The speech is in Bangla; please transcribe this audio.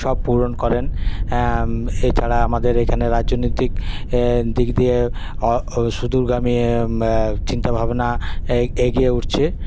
সব পূরণ করেন এছাড়া আমাদের রাজনৈতিক দিক দিয়ে চিন্তাভাবনা এ এগিয়ে উঠছে